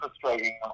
frustrating